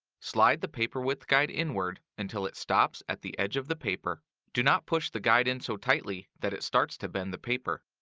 slide the paper width guide inward until it stops at the edge of the paper. do not push the guide in so tightly that it starts to bend the paper.